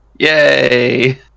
Yay